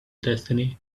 destiny